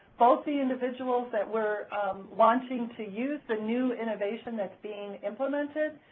both the individuals that were wanting to use the new innovation that's being implemented,